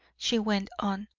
she went on,